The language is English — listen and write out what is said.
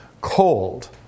cold